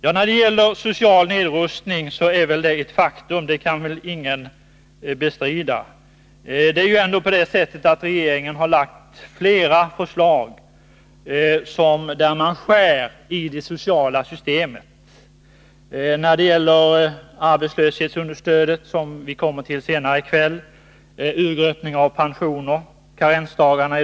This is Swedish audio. Att det pågår en social nedrustning är ett faktum som väl ingen kan bestrida. Regeringen har lagt fram flera förslag där man skär i det sociala systemet. Det gäller arbetslöshetsunderstödet, som vi kommer till senare i kväll, urgröpningen av pensionerna och nu karensdagarna.